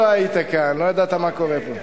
אפילו לא היית כאן, לא ידעת מה קורה פה.